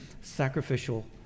sacrificial